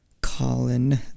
Colin